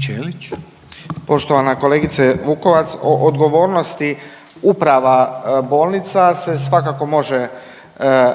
**Ćelić, Ivan (HDZ)** Poštovana kolegice Vukovac. O odgovornosti uprava bolnica se svakako može